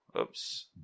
Oops